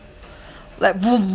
like voom